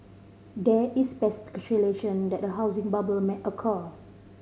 there is speculation that a housing bubble may occur